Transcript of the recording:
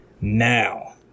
Now